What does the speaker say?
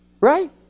right